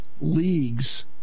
leagues